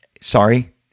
Sorry